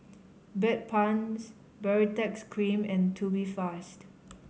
Bedpans Baritex Cream and Tubifast